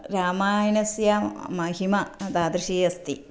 रामायणस्य महिमा तादृशी अस्ति